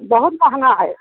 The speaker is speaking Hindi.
बहुत महँगा है